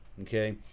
Okay